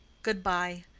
good-bye.